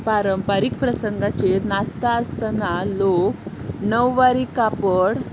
पारंपारीक प्रसंगाचेर नाचता आसतना लोक णव्वारी कापड